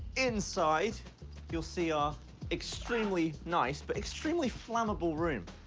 inside you'll see our extremely nice, but extremely flammable room.